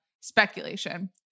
speculation